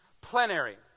Plenary